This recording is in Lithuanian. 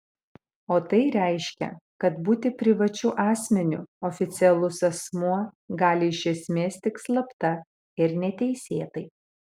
o tai reiškia kad būti privačiu asmeniu oficialus asmuo gali iš esmės tik slapta ir neteisėtai